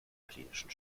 klinischen